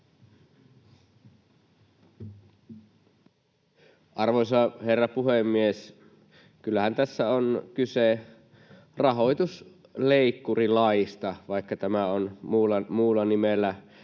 Arvoisa herra puhemies! Kyllähän tässä on kyse rahoitusleikkurilaista, vaikka tämä onkin muulla nimellä